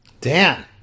Dan